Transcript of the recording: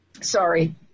Sorry